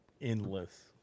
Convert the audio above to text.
endless